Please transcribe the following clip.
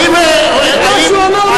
את מה שהוא אמר מכאן אסור לו לומר.